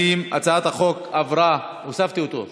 ההצעה להעביר את הצעת חוק ההוצאה לפועל (תיקון,